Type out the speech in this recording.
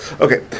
Okay